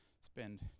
spend